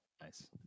nice